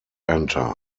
enter